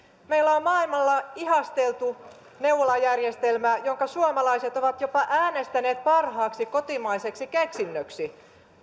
meillä on maailmalla ihasteltu neuvolajärjestelmä jonka suomalaiset ovat jopa äänestäneet parhaaksi kotimaiseksi keksinnöksi